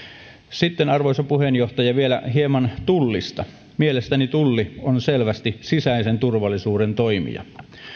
sitten arvoisa puheenjohtaja vielä hieman tullista mielestäni tulli on selvästi sisäisen turvallisuuden toimija